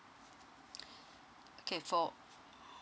okay for